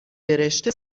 برشته